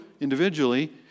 individually